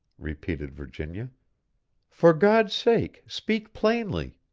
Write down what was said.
repeated virginia for god's sake speak plainly!